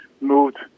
moved